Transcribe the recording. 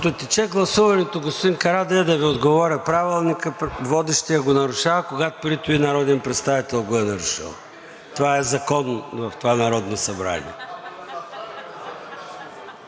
тече гласуването, господин Карадайъ, да Ви отговоря – Правилника водещият го нарушава, когато преди това народен представител го е нарушил. Това е закон в това Народно събрание.